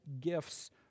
gifts